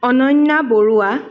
Ananya Barua